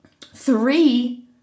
three